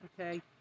okay